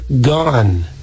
gone